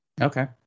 okay